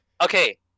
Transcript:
okay